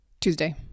Tuesday